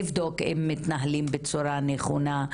לבדוק אם מתנהלים בצורה נכונה.